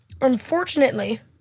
Unfortunately